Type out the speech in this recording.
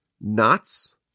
knots